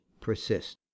persist